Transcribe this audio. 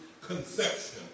conception